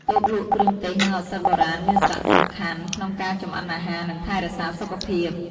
តូបលក់គ្រឿងទេស និងឱសថបុរាណមានសារសំខាន់ក្នុងការចម្អិនអាហារនិងថែរក្សាសុខភាព។